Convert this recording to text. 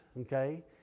okay